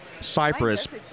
Cyprus